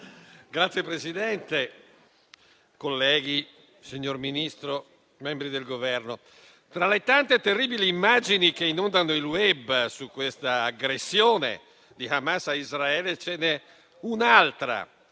Signor Presidente, colleghi, signor Ministro, membri del Governo, oltre alle tante terribili immagini che inondando il *web* sull'aggressione di Hamas a Israele, ce n'è un'altra